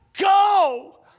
go